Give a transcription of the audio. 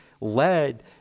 led